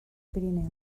pirineus